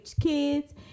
kids